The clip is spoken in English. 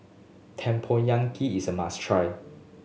Tempoyak is a must try